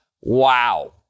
Wow